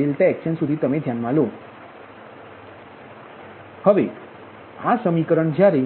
ynfnx10∆x1x20∆x2 xn0∆xn હવે આ સમીકરણ જ્યારે